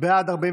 סטרוק,